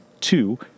two